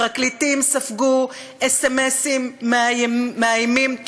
הפרקליטים ספגו סמ"סים מאיימים,